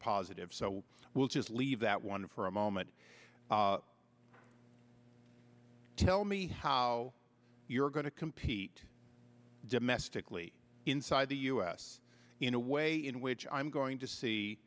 positive so we'll just leave that one for a moment tell me how you're going to compete domestically inside the u s in a way in which i'm going to see